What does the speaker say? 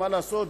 מה לעשות,